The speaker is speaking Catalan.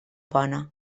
bona